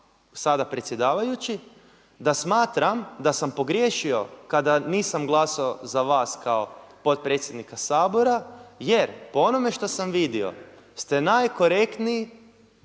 sada predsjedavajući da smatram da sam pogriješio kada nisam glasovao za vas kao potpredsjednika Sabora jer po onome što sam vidio ste najkorektniji